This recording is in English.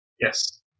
yes